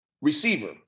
receiver